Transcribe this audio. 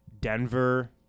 Denver